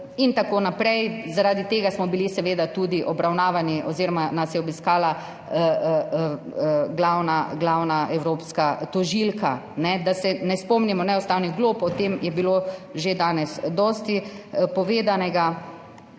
in tako naprej, zaradi tega smo bili seveda tudi obravnavani oziroma nas je obiskala glavna evropska tožilka. Da ne spomnim na neustavne globe, o tem je bilo že danes dosti povedanega.